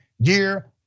year